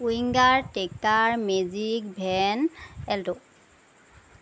winger tractor magic van alto